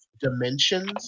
dimensions